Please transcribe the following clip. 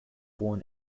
born